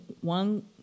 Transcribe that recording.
One